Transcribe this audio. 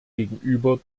gegenüber